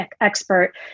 expert